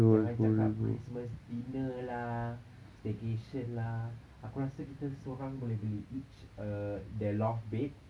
jangan cakap christmas dinner lah staycation lah aku rasa kita seorang boleh beli each a the loft bed